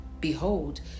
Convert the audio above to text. behold